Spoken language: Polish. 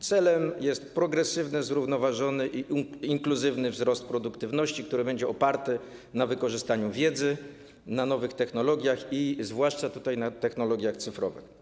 Celem jest progresywny, zrównoważony i inkluzywny wzrost produktywności, który będzie oparty na wykorzystaniu wiedzy, nowych technologii, zwłaszcza technologii cyfrowych.